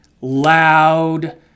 loud